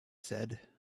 said